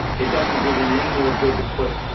it doesn't do them any more good to put